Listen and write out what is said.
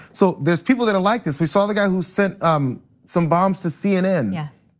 so there's people that are like this. we saw the guy who sent um some bombs to cnn. yes.